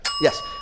yes